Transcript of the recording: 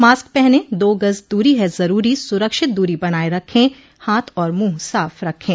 mask पहनें दो गज़ दूरी है ज़रूरी सुरक्षित दूरी बनाए रखें हाथ और मुंह साफ़ रखें